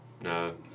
No